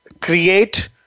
create